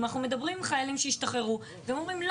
אנחנו מדברים עם חיילים שהשתחררו והם אומרים,